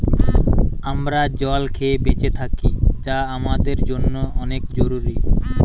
আমরা জল খেয়ে বেঁচে থাকি যা আমাদের জন্যে অনেক জরুরি